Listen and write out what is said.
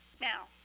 Now